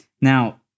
Now